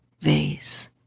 vase